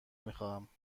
میخواهم